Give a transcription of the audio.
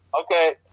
Okay